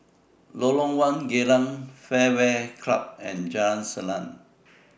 Lorong one Geylang Fairway Club and Jalan Salang